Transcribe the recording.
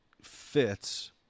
fits